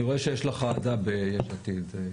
אני רואה שיש לך אהדה ביש עתיד.